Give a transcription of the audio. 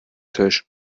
tisch